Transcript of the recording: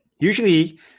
usually